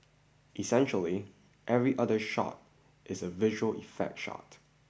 essentially every other shot is a visual effect shot